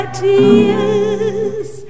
tears